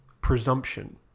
presumption